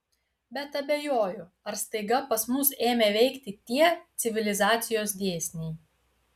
bet abejoju ar staiga pas mus ėmė veikti tie civilizacijos dėsniai